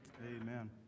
Amen